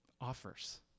offers